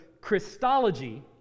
Christology